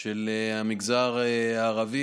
של המגזר הערבי